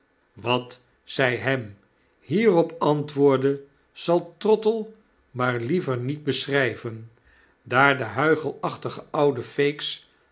wat zy hem hierop antwoordde zal trottle maar liever niet beschryven daar de huichelachtige oude